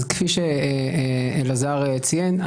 כפי שאלעזר ציין,